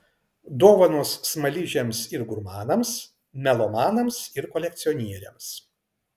dovanos smaližiams ir gurmanams melomanams ir kolekcionieriams